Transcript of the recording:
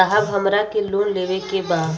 साहब हमरा के लोन लेवे के बा